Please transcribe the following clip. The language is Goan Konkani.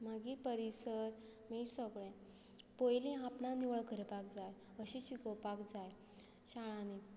मागीर परिसर मागीर सगळें पयलीं आपणें निवळ करपाक जाय अशें शिकोवपाक जाय शाळांनी